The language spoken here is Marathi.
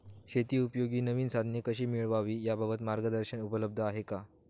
शेतीउपयोगी नवीन साधने कशी मिळवावी याबाबत मार्गदर्शन उपलब्ध आहे का?